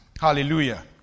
Hallelujah